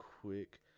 quick